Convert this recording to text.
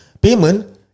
payment